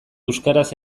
euskaraz